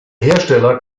hersteller